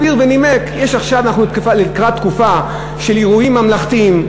הסביר ונימק: אנחנו לקראת תקופה של אירועים ממלכתיים,